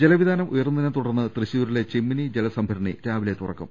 ജലനിരപ്പ് ഉയർന്നതിനെ തുടർന്ന് തൃശൂരിലെ ചിമ്മിനി ജല സംഭരണി രാവിലെ തുറക്കും